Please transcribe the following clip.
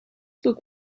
book